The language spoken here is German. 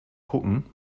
gucken